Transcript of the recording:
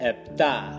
Epta